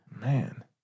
Man